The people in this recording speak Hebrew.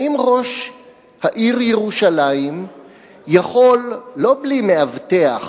האם ראש העיר ירושלים יכול, לא בלי מאבטח